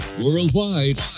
Worldwide